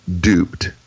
duped